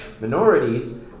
minorities